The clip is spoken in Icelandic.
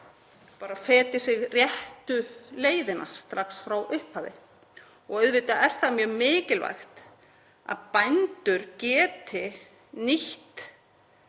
markaði feti sig réttu leiðina strax frá upphafi. Og auðvitað er það mjög mikilvægt að bændur geti nýtt